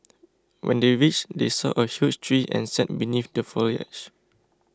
when they reached they saw a huge tree and sat beneath the foliage